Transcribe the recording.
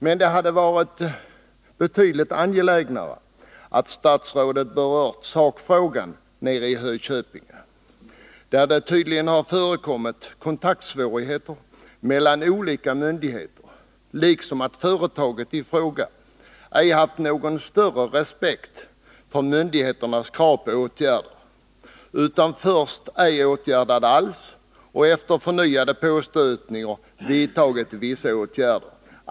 Men det hade varit betydligt angelägnare att statsrådet hade berört sakfrågan, dvs. det som hände nere i Hököpinge, där det tydligen har förekommit kontaktsvårigheter mellan olika myndigheter. Företaget i fråga har ej haft någon större respekt för myndigheternas krav på åtgärder, utan först inte vidtagit några åtgärder alls och sedan, efter förnyade påstötningar, vidtagit vissa åtgärder.